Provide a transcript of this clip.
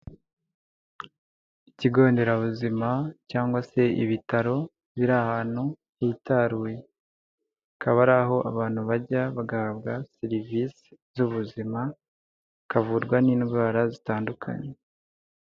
Ikigo nderabuzima cyangwa se ibitaro biri ahantu hitaruwe, hakaba ari aho abantu bajya bagahabwa serivisi z'ubuzima bakavurwa n'indwara zitandukanye.